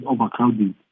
overcrowding